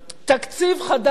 תקציב חדש